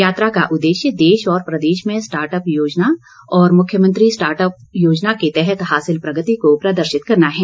यात्रा का उद्देश्य देश और प्रदेश में स्टार्ट अप योजना व मुख्यमंत्री स्टार्ट अप योजना के तहत हासिल प्रगति को प्रदर्शित करना है